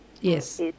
Yes